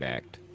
Act